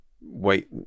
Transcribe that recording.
wait